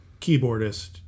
keyboardist